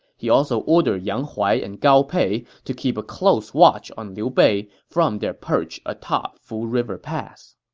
he also ordered yang huai and gao pei to keep a close watch on liu bei from their perch atop fu river pass.